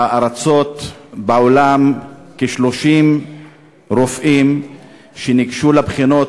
מארצות בעולם כ-30 רופאים שניגשו לבחינות